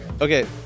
Okay